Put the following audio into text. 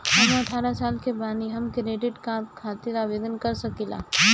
हम अठारह साल के बानी हम क्रेडिट कार्ड खातिर आवेदन कर सकीला?